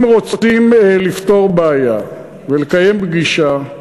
אם רוצים לפתור בעיה ולקיים פגישה,